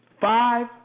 Five